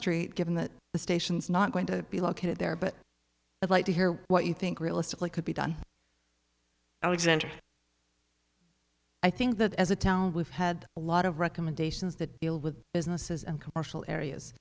street given that the station's not going to be located there but i'd like to hear what you think realistically could be done alexandra i think that as a town we've had a lot of recommendations that deal with businesses and commercial areas